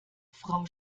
frau